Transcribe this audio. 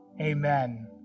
Amen